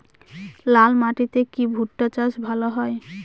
লাল মাটিতে কি ভুট্টা চাষ ভালো হয়?